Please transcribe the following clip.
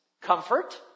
comfort